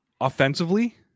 Offensively